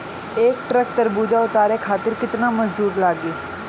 एक ट्रक तरबूजा उतारे खातीर कितना मजदुर लागी?